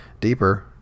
deeper